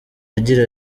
agira